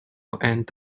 and